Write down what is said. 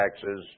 taxes